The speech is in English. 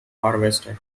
harvested